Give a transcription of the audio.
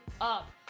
up